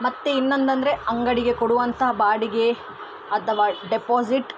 ಮತ್ತು ಇನ್ನೊಂದು ಅಂದರೆ ಅಂಗಡಿಗೆ ಕೊಡುವಂಥ ಬಾಡಿಗೆ ಅಥವಾ ಡೆಪೊಜಿ಼ಟ್